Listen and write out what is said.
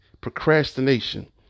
procrastination